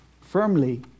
firmly